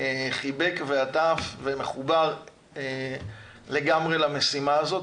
חיבק ועטף ומחובר לגמרי למשימה הזאת.